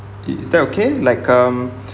is that okay like um